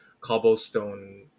cobblestone